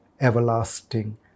everlasting